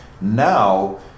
Now